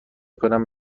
کنم